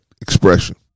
expression